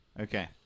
Okay